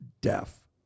deaf